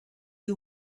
you